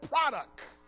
product